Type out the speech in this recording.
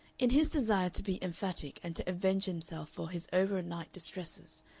in his desire to be emphatic and to avenge himself for his over-night distresses,